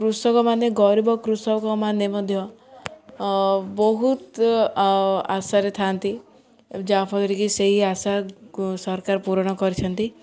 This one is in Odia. କୃଷକମାନେ ଗରିବ କୃଷକମାନେ ମଧ୍ୟ ବହୁତ ଆଶାରେ ଥାଆନ୍ତି ଯାହାଫଳରେକି ସେହି ଆଶା ସରକାର ପୂରଣ କରିଛନ୍ତି